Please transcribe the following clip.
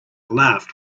laughed